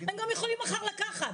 הם גם יכולים מחר לקחת,